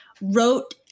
wrote